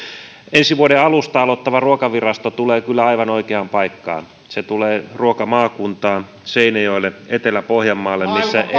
ensi vuoden alusta aloittava ruokavirasto tulee kyllä aivan oikeaan paikkaan se tulee ruokamaakuntaan seinäjoelle etelä pohjanmaalle